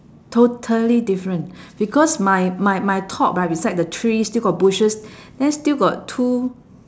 totally different because my my my top ah beside the tree still got bushes then still got two